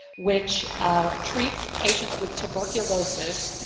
which treats patients with tuberculosis,